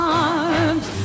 arms